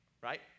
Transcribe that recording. right